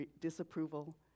disapproval